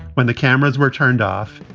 when the cameras were turned off,